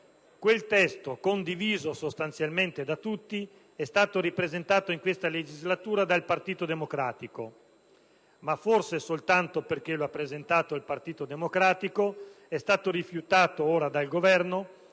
Quel testo, condiviso sostanzialmente da tutti, è stato ripresentato in questa legislatura dal Partito Democratico, ma, forse soltanto perché lo ha presentato il Partito Democratico, ora è stato rifiutato dal Governo